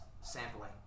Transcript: sampling